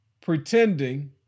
pretending